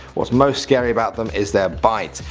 whats most scary about them is their bite.